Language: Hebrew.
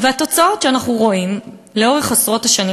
התוצאות שאנחנו רואים לאורך עשרות השנים